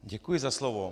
Děkuji za slovo.